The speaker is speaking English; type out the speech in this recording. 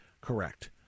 correct